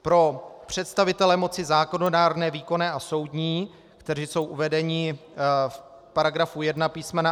Pro představitele moci zákonodárné, výkonné a soudní, kteří jsou uvedeni v § 1 písm.